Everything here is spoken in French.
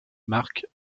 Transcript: marque